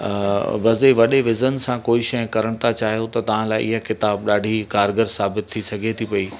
वॾे वॾे विज़न सां अगरि कोइ शइ करण था चाहियो त तव्हां लाइ इहा किताब ॾाढी कारगरु साबितु थी सघे थी पई